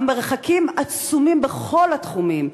המרחקים עצומים, בכל התחומים.